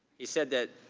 he said that